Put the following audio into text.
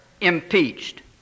impeached